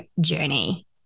journey